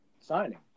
signing